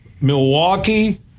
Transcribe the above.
Milwaukee